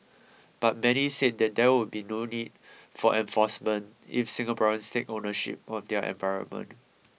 but many said there would be no need for enforcement if Singaporeans take ownership of their environment